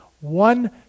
one